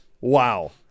Wow